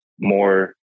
more